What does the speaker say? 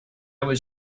was